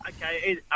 Okay